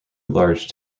large